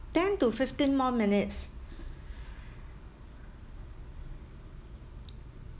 ten to fifteen more minutes